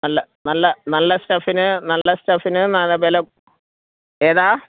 നല്ല നല്ല നല്ല സ്റ്റഫിനു നല്ല സ്റ്റഫിന് നല്ല വില ഏതാണ്